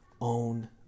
Own